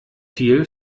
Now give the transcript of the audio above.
viel